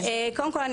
קודם כול,